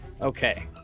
Okay